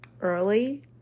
early